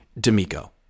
D'Amico